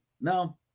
No